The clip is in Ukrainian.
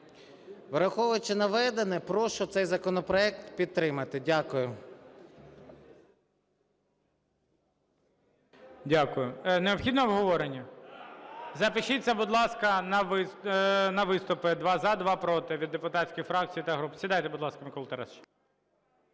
Враховуючи наведене, прошу цей законопроект підтримати. Дякую. ГОЛОВУЮЧИЙ. Необхідно обговорення? Запишіться, будь ласка, на виступи: два – за, два – проти, від депутатських фракцій та груп. Сідайте, будь ласка, Микола Тарасович.